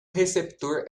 receptor